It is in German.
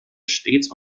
stets